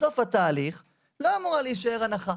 בסוף התהליך לא אמורה להישאר הנחה,